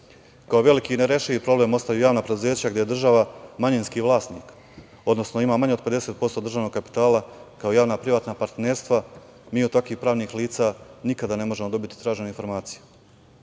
veliki nerešivi problem ostaju javna preduzeća gde je država manjinski vlasnik, odnosno ima manje od 50% državnog kapitala kao javna privatna partnerstva. Mi od takvih pravnih lica nikada ne možemo dobiti tražene informacije.Među